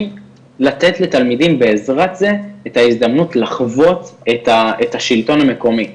לתת לתלמידים בעזרת את ההזדמנות לחוות את השלטון המקומי,